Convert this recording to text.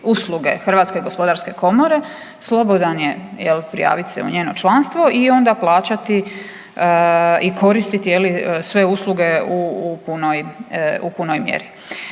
Hrvatske gospodarske komore slobodan je prijaviti se u njeno članstvo i onda plaćati i koristiti sve usluge u punoj mjeri.